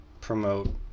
promote